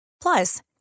Plus